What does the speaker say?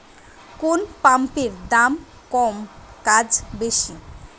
কোন পাম্পের দাম কম কাজ বেশি?